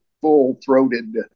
full-throated